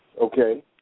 Okay